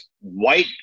white